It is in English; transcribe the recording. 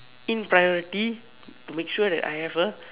in priority to make sure that I have a